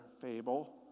fable